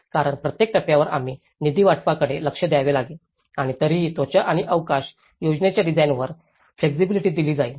कारण प्रत्येक टप्प्यावर आम्हाला निधी वाटपाकडे लक्ष द्यावे लागेल आणि तरीही त्वचा आणि अवकाश योजनेच्या डिझाइनवर फ्लेक्सिबिलिटी दिली जाईल